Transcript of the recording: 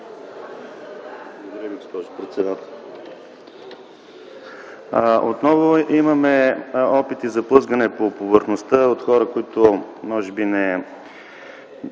Отново имаме опити за плъзгане по повърхността от хора, които може би не